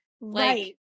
right